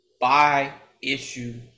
buy-issue